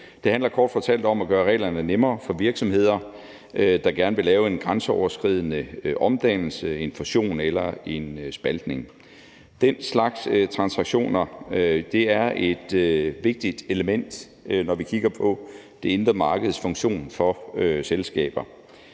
Det handler kort fortalt om at gøre reglerne nemmere for virksomheder, der gerne vil lave en grænseoverskridende omdannelse, en fusion eller en spaltning. Den slags transaktioner er vigtige elementer, når vi kigger på det indre markeds funktion for selskaber.